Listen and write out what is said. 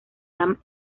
dam